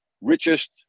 richest